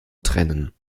trennen